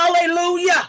hallelujah